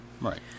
right